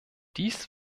dies